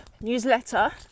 newsletter